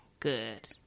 Good